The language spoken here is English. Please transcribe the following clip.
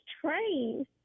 train